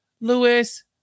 Lewis